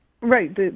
right